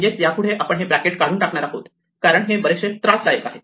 म्हणजेच यापुढे आपण हे ब्रॅकेट काढून टाकणार आहोत कारण हे बरेच त्रासदायक आहेत